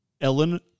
Ellen